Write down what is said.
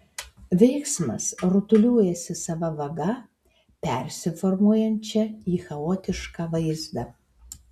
veiksmas rutuliojasi sava vaga persiformuojančia į chaotišką vaizdą